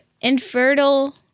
infertile